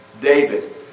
David